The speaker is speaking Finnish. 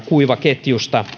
kuivaketjusta